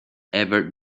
ever